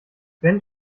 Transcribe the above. wenn